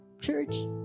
church